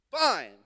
Fine